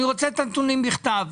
אני רוצה את הנתונים בכתב.